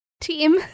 team